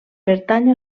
pertany